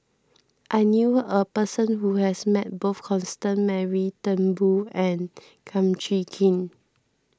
I knew a person who has met both Constance Mary Turnbull and Kum Chee Kin